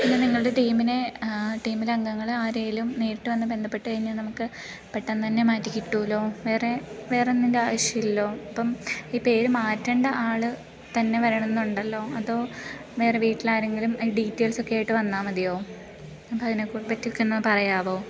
പിന്നെ നിങ്ങളുടെ ടീമിനെ ടീമിലെ അംഗങ്ങളെ ആരേലും നേരിട്ട് വന്ന് ബന്ധപ്പെട്ടുകഴിഞ്ഞാൽ നമുക്ക് പെട്ടെന്നു തന്നെ മാറ്റിക്കിട്ടൂലോ വേറെ വേറൊന്നിൻ്റെ ആവശ്യമില്ലല്ലോ അപ്പം ഈ പേര് മാറ്റേണ്ട ആൾ തന്നെ വരണം എന്ന് ഉണ്ടല്ലോ അതോ വേറെ വീട്ടിലെ ആരെങ്കിലും ഈ ഡീറ്റൈൽസൊക്കെ ആയിട്ട് വന്നാൽ മതിയോ നമുക്ക് അതിനെ കുറിച്ച് പറ്റി ഒക്കെ ഒന്ന് പറയാവോ